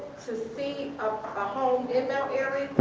to see a home in mount airy.